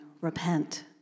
Repent